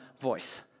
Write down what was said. voice